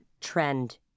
trend